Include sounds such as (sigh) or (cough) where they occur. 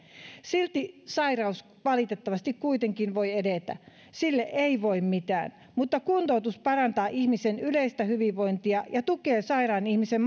silti sairaus valitettavasti kuitenkin voi edetä sille ei voi mitään mutta kuntoutus parantaa ihmisen yleistä hyvinvointia ja tukee sairaan ihmisen (unintelligible)